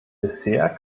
bisher